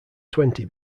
twenty